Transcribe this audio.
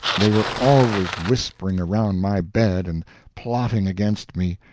they were always whispering around my bed and plotting against me,